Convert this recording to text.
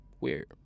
weird